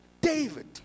David